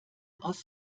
aus